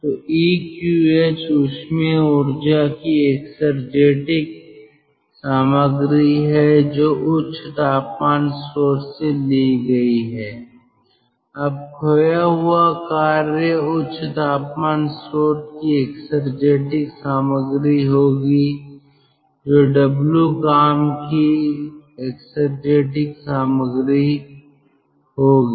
तो EQH ऊष्मीय ऊर्जा की एक्सेरजेटिक सामग्री है जो उच्च तापमान स्रोत से ली गई है अब खोया हुआ कार्य उच्च तापमान स्रोत की सामग्री होगी जो W काम की एक्सेरजेटिक सामग्री होगी